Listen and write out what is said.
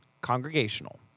congregational